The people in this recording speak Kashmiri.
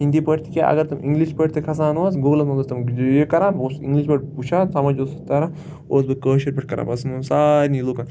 ہِندی پٲٹھۍ تکیٛاہ اگر تِم اِنٛگلِش پٲٹھۍ تہِ کھسان اوس گوٗگلَس منٛز اوس تِم یہِ کَران بہٕ اوس اِنٛگلِش پٲٹھۍ وٕچھان سَمٕج اوسُس تَران اوسُس بہٕ کٲشِر پٲٹھۍ کَران بس یِمن سارنٕے لُکَن